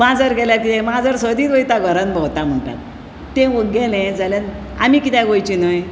माजर गेल्यार कितें माजर सदित वयता घरांत भोंवता म्हणटा तें वो गेलें जाल्यार आमी कित्याक वयचें न्हय